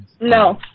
No